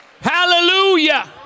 hallelujah